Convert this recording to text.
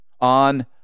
on